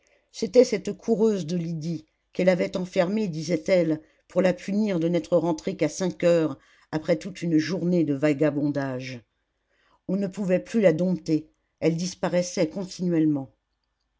c'était cette coureuse de lydie qu'elle avait enfermée disait-elle pour la punir de n'être rentrée qu'à cinq heures après toute une journée de vagabondage on ne pouvait plus la dompter elle disparaissait continuellement